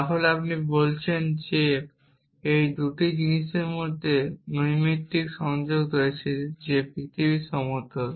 তাহলে আপনি বলছেন যে এই 2টি জিনিসের মধ্যে নৈমিত্তিক সংযোগ রয়েছে যে পৃথিবী সমতল